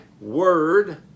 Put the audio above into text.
word